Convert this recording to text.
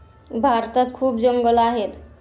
भारतात खूप जंगलं आहेत